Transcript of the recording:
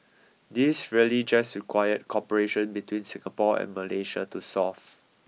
these really just required cooperation between Singapore and Malaysia to solve